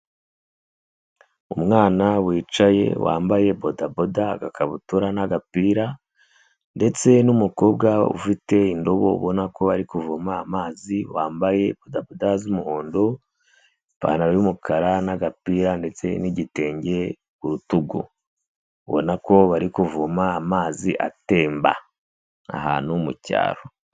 Umwana wicaye wambaye bodaboda, agakabutura n'agapira ndetse n'umukobwa ufite indobo ubona ko ari kuvoma amazi wambaye bodaboda z'umuhondo, ipantaro y'umukara n'agapira ndetse n'igitenge ku rutugu, ubona ko bari kuvoma amazi atemba ahantu mu cyaro.